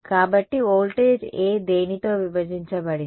కాబట్టి voltage A దేనితో విభజించబడింది